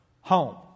home